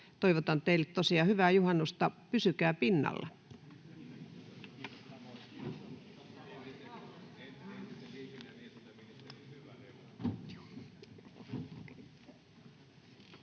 toivotan teille tosiaan hyvää juhannusta — pysykää pinnalla. [Speech